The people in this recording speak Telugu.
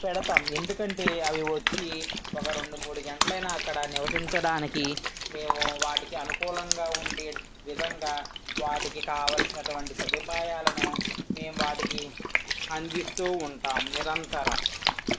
పెడతాం ఎందుకంటే అవి వచ్చి ఒక రెండు మూడు గంటలైనా అక్కడ నివసించడానికి మేము వాటికి అనుకూలంగా ఉండే విధంగా వాటికి కావాల్సినటువంటి సదుపాయాలను మేము వాటికి అందిస్తూ ఉంటాం నిరంతరం